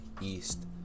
East